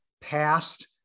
past